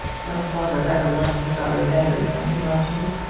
no father ever loved his daughter better than he loved me.